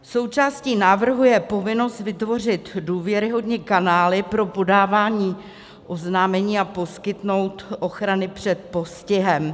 Součástí návrhu je povinnost vytvořit důvěryhodné kanály pro podávání oznámení a poskytnout ochranu před postihem.